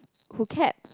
who kept